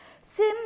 Sim